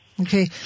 Okay